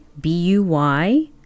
B-U-Y